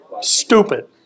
stupid